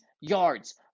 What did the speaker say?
yards